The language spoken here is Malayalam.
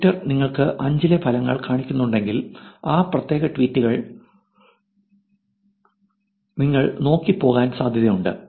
ട്വിറ്റർ നിങ്ങൾക്ക് 5 ലെ ഫലങ്ങൾ കാണിക്കുന്നുണ്ടെങ്കിൽ ആ പ്രത്യേക ട്വീറ്റുകൾ നിങ്ങൾ നോക്കി പോകാൻ സാധ്യതയുണ്ട്